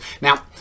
Now